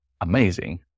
amazing